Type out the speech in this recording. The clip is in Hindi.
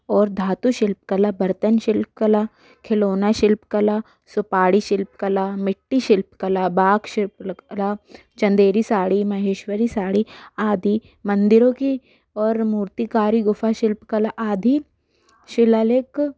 और धातु शिल्पकला बर्तन शिल्पकला खिलौना शिल्पकला सुपारी शिल्पकला मिट्टी शिल्पकला बाग़ शिल्पकला चंदेरी साड़ी महेश्वरी साड़ी आदि मंदिरों की और मूर्तिकारी गुफ़ा शिल्पकला आधि शिलालेख